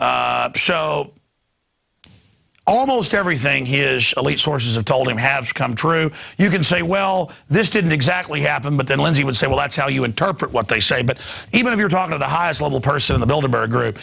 show almost everything his elite sources have told him have come true you can say well this didn't exactly happen but then lindsay would say well that's how you interpret what they say but even if you're talking to the highest level person in the building b